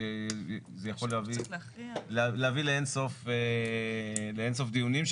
וזה יכול להביא לאין סוף דיונים,